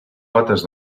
potes